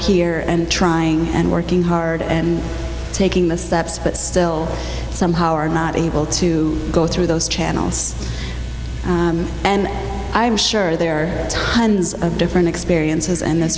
here and trying and working hard and taking the steps but still somehow are not able to go through those channels and i'm sure there are tons of different experiences and th